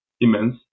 immense